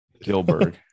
Gilbert